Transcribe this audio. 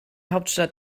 hauptstadt